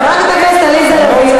חברת הכנסת עליזה לביא,